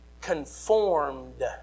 conformed